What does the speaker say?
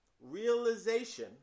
realization